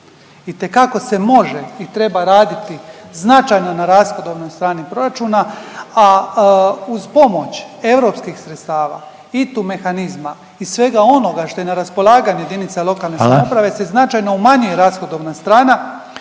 Itekako se može i treba raditi značajno na rashodovnoj strani proračuna, a uz pomoć europskih sredstava, ITU mehanizma i svega onoga što je na raspolaganju jedinica lokalne samouprave …/Upadica Željko Reiner: